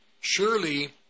Surely